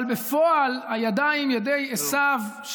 אבל בפועל הידיים ידי עשו,